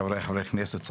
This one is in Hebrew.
חבריי חברי הכנסת,